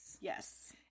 Yes